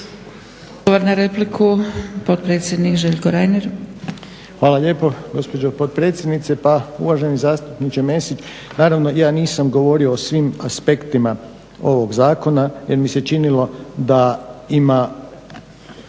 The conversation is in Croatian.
na repliku, Potpredsjednik Željko Reiner.